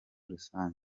rusange